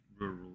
rural